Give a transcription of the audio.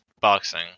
boxing